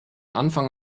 anfang